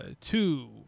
two